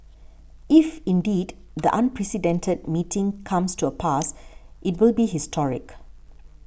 if indeed the unprecedented meeting comes to pass it will be historic